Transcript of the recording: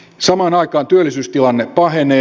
samaan aikaan työllisyystilanne pahenee